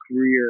career